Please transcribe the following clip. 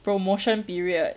promotion period